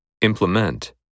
Implement